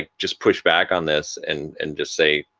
ah just push back on this and and just say,